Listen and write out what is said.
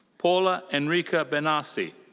paula enrica benassi.